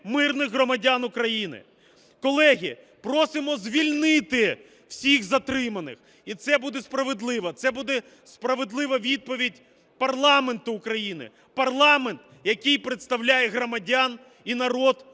мирних громадян України. Колеги, просимо звільнити всіх затриманих, і це буде справедливо, це буде справедлива відповідь парламенту України, парламенту, який представляє громадян і народ України.